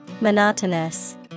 Monotonous